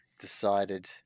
decided